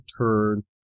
turn